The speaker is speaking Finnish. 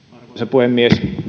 puhemies